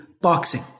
boxing